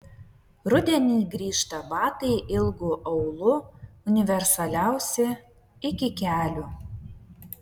rudenį grįžta batai ilgu aulu universaliausi iki kelių